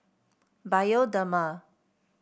Bioderma